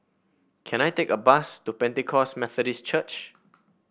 can I take a bus to Pentecost Methodist Church